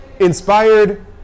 inspired